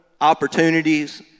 opportunities